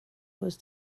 was